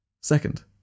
Second